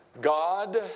God